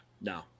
no